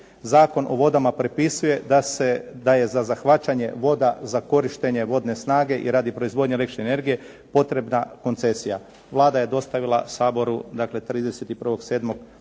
Zakon o vodama propisuje da je za zahvaćanje voda za korištenje vodne snage i radi proizvodnje električne energije potrebna koncesija. Vlada je dostavila Saboru,